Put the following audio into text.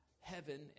heaven